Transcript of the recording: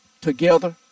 together